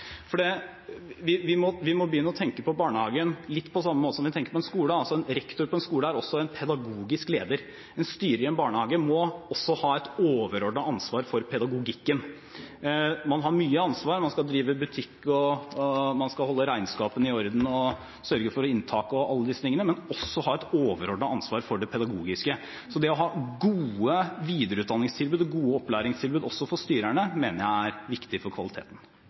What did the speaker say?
litt på samme måten som vi tenker på skolen. Rektor på en skole er også en pedagogisk leder. En styrer i en barnehage må også ha et overordnet ansvar for pedagogikken. Man har mye ansvar, man skal drive butikk, holde regnskapene i orden, sørge for inntak og alle disse tingene, men også ha et overordnet ansvar for det pedagogiske. Det å ha gode videreutdanningstilbud og gode opplæringstilbud også for styrerne, mener jeg er viktig for kvaliteten.